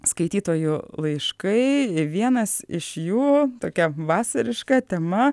skaitytojų laiškai vienas iš jų tokia vasariška tema